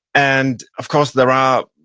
and of course there are